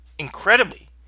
Incredibly